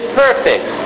perfect